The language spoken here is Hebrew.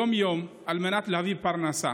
יום-יום, על מנת להביא פרנסה.